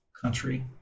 country